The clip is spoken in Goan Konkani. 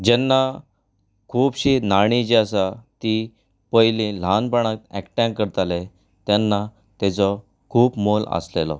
जेन्ना खूबशीं नाणीं जी आसा ती पयलीं ल्हानपणाक एकठांय करतालें तेन्ना तेजो खूब मोल आसलेलो